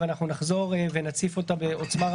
ואנחנו נחזור ונציף אותה בעוצמה,